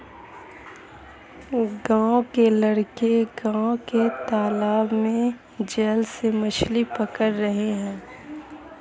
गांव के लड़के गांव के तालाब में जाल से मछली पकड़ रहे हैं